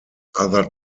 other